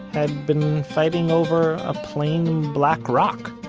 had been fighting over a plain black rock.